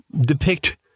depict